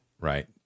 right